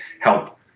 help